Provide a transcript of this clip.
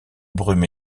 brume